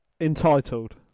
Entitled